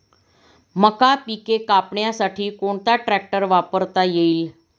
मका पिके कापण्यासाठी कोणता ट्रॅक्टर वापरता येईल?